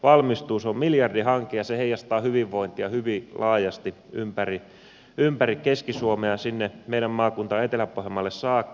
se on miljardihanke ja heijastaa hyvinvointia hyvin laajasti ympäri keski suomea sinne meidän maakuntaan etelä pohjanmaalle saakka